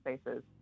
spaces